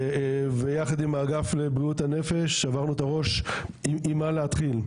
וביחד עם האגף לבריאות הנפש שברנו את הראש עם מה להתחיל.